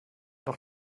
doch